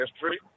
history